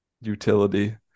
utility